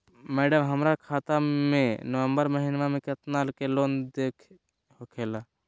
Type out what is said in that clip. madam, हमर खाता में ई नवंबर महीनमा में केतना के लेन देन होले है